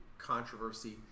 controversy